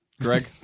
Greg